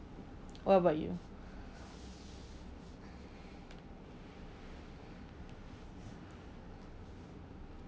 what about you